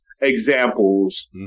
examples